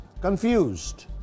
confused